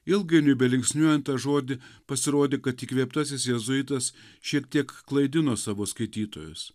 ilgainiui belinksniuojant tą žodį pasirodė kad įkvėptasis jėzuitas šiek tiek klaidino savo skaitytojus